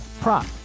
prop